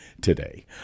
today